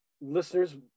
listeners